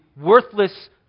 worthless